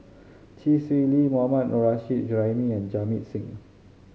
Chee Swee Lee Mohammad Nurrasyid Juraimi and Jamit Singh